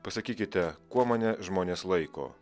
pasakykite kuo mane žmonės laiko